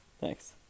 Thanks